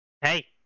hey